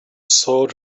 sword